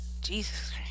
Jesus